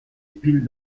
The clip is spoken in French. piles